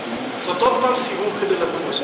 לעשות עוד פעם סיבוב כדי לחזור.